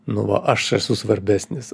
nu va aš esu svarbesnis